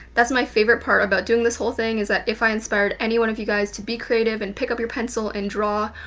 that's my favorite part about doing this whole thing. is that if i inspired anyone of you guys to be creative, and pick up your pencil and draw,